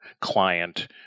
client